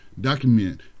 document